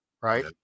right